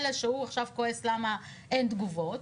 אלה שהוא עכשיו כועס למה אין תגובות